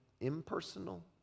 impersonal